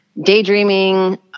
daydreaming